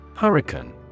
Hurricane